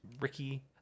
Ricky